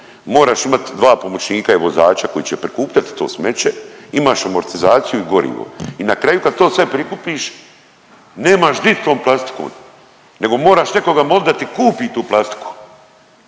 moraš imati 2 pomoćnika i vozača koji će prikupljati to smeće, imaš amortizaciju i gorivo. I na kraju kad to sve prikupiš nemaš di s tom plastikom nego moraš nekoga molit da ti kupi tu plastiku,